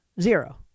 zero